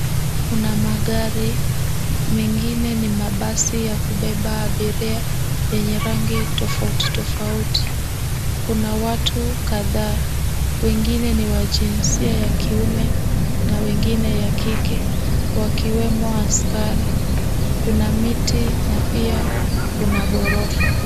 Kuna magari, mengine ni mabasi ya kubeba abiria yenye rangi tofauti tofauti. Kuna watu kadhaa, wengine ni wa jinsia ya kiume na wengine ni ya kike, wakiwemo askari. Kuna miti na pia kuna ghorofa.